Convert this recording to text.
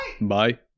bye